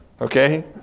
okay